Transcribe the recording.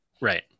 Right